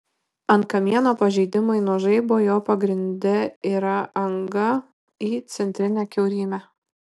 ant kamieno pažeidimai nuo žaibo jo pagrinde yra anga į centrinę kiaurymę